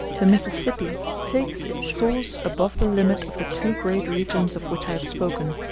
the mississippi takes its source above the limit of the two great regions of which i have spoken,